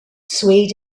swayed